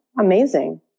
amazing